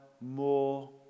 more